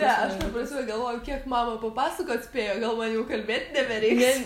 ne aš ta prasme galvoju kiek mama papasakot spėjo galvoju jau kalbėt nebereiks